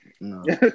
No